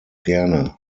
gerne